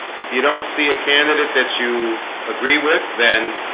if you don't see a candidate that you agree with then